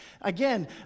Again